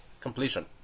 completion